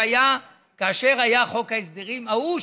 שהיה כאשר היה חוק ההסדרים ההוא,